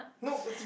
no must be